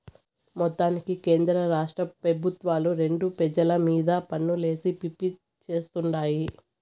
మొత్తానికి కేంద్రరాష్ట్ర పెబుత్వాలు రెండు పెజల మీద పన్నులేసి పిప్పి చేత్తుండాయి